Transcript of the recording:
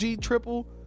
triple